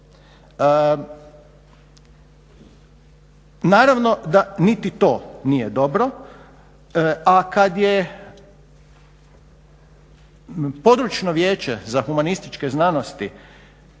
Naravno da niti to nije dobro, a kad je Područno vijeće za humanističke znanosti